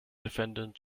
defendant